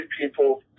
people